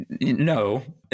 no